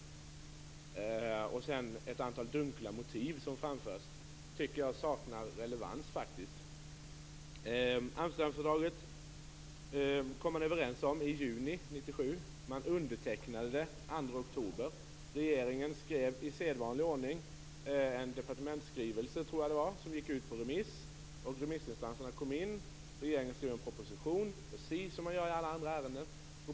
Sedan framfördes ett antal dunkla motiv. Jag tycker att de saknar relevans. Man kom överens om Amsterdamfördraget i juni 1997. Fördraget undertecknades den 2 oktober. Regeringen skrev i sedvanlig ordning en departementsskrivelse som gick ut på remiss. Remissinstanserna kom in med sina svar. Regeringen skrev en proposition - precis som i alla andra ärenden.